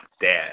dad